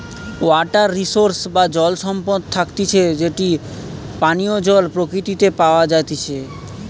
water resource বা জল সম্পদ থাকতিছে যেটি পানীয় জল প্রকৃতিতে প্যাওয়া জাতিচে